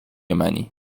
منی